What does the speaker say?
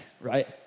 right